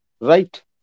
Right